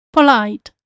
polite